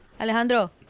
Alejandro